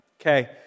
Okay